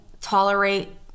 tolerate